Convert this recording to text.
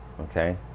okay